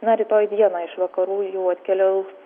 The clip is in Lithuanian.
na rytoj dieną iš vakarų jau atkeliaus